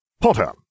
Potter